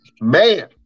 Man